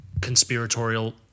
conspiratorial